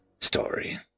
story